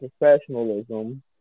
professionalism